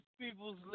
people's